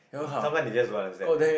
sometimes they just don't understand